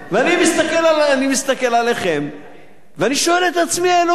ואני מסתכל עליכם ואני שואל את עצמי: אלוהים,